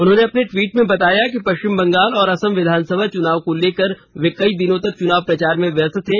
उन्होंने अपने ट्वीट में बताया कि पश्चिम बंगाल और असम विधानसभा चुनाव को लेकर वे कई दिनों तक चुनाव प्रचार में व्यस्त थे